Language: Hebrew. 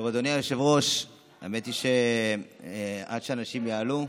אדוני היושב-ראש, האמת היא שעד שאנשים יעלו,